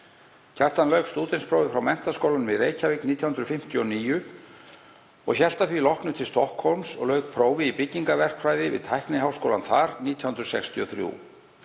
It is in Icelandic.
Kjartan lauk stúdentsprófi frá Menntaskólanum í Reykjavík 1959 og hélt að því loknu til Stokkhólms og lauk prófi í byggingarverkfræði við Tækniháskólann þar 1963.